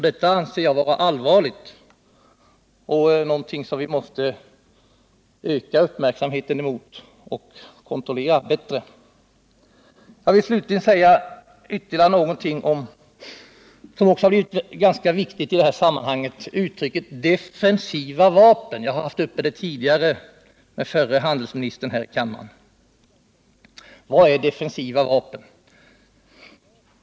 Detta anser jag är allvarligt och någonting som vi måste öka uppmärksamheten på och kontrollera bättre. Jag vill så säga några ord om uttrycket defensiva vapen, som också blivit ganska viktigt i detta sammanhang. Jag har haft saken uppe tidigare här i kammaren med förre handelsministern. Vad är defensiva vapen?